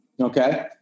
Okay